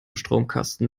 stromkasten